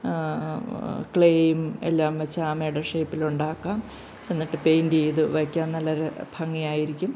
ക്ലേയും എല്ലാം വച്ച് ആമയുടെ ഷേപ്പിൽ ഉണ്ടാക്കാം എന്നിട്ട് പെയിൻറ്റ് ചെയ്യിത് വെക്കാം നല്ല ഒരു ഭംഗിയായിരിക്കും